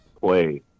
play